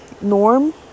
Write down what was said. norm